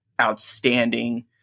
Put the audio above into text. outstanding